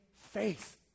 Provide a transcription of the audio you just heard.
faith